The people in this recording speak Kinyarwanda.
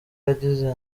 yagize